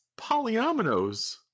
Polyominoes